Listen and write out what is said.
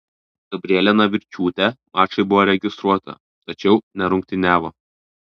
gabrielė narvičiūtė mačui buvo registruota tačiau nerungtyniavo